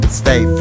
stay